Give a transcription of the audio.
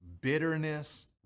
bitterness